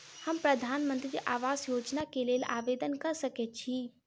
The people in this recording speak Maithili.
हम प्रधानमंत्री आवास योजना केँ लेल आवेदन कऽ सकैत छी?